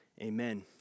amen